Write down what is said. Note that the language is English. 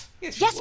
Yes